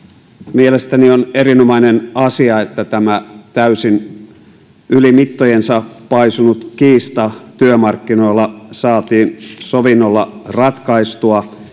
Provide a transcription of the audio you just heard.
mielestäni on erinomainen asia että tämä täysin yli mittojensa paisunut kiista työmarkkinoilla saatiin sovinnolla ratkaistua